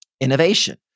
innovation